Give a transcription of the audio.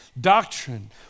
doctrine